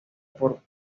por